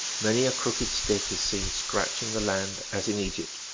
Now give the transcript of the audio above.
many a crooked stick is seen scratching the land, as in egypt,